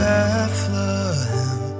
Bethlehem